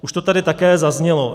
Už to tady také zaznělo.